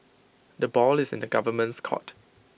the ball is in the government's court